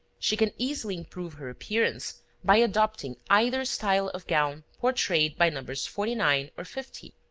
she can easily improve her appearance by adopting either style of gown portrayed by nos. forty nine, or fifty.